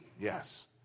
Yes